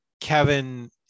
Kevin